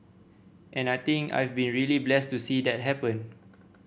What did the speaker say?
and I think I've been really blessed to see that happen